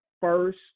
first